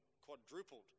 quadrupled